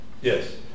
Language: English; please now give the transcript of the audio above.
Yes